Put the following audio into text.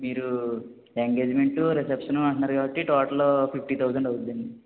మీరు engagement reception అంటున్నారు కాబట్టి టోటల్ ఫిఫ్టీ థౌసండ్ అవుతుంది అండి